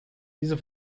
diese